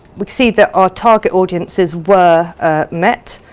we can see that our target audiences were met,